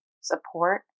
support